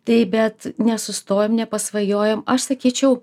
taip bet nesustojam nepasvajojom aš sakyčiau